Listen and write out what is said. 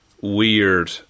weird